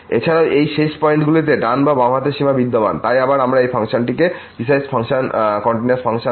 এছাড়াও এই শেষ পয়েন্টগুলিতে ডান এবং বাম হাতের সীমা বিদ্যমান তাই আবার এই ফাংশনটিপিসওয়াইস ফাংশন